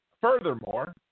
Furthermore